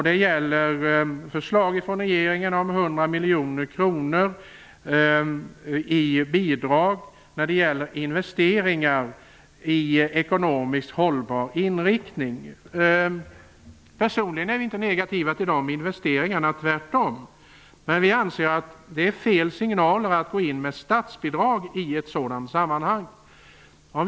Det gäller förslag från regeringen om 100 miljoner kronor i bidrag till investeringar i ekologiskt hållbar utveckling. Personligen är vi inte negativa till sådana investeringar, tvärtom. Men vi anser att det är fel signaler att gå in med statsbidrag i ett sådant sammanhang.